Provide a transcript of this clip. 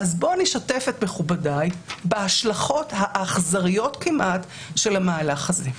אני אשתף את מכובדיי בהשלכות האכזריות כמעט של המהלך הזה.